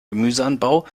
gemüseanbau